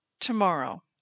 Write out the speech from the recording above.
tomorrow